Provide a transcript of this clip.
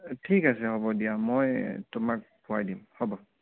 ঠিক আছে হ'ব দিয়া মই তোমাক পোৱাই দিম হ'ব